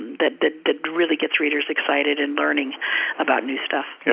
that really gets readers excited in learning about new stuff. yeah